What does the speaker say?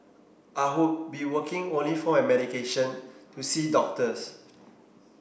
I hope be working only for my medication to see doctors